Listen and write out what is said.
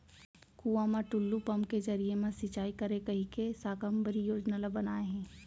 कुँआ म टूल्लू पंप के जरिए म सिंचई करय कहिके साकम्बरी योजना ल बनाए हे